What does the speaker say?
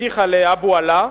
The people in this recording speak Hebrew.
הבטיחה לאבו עלא,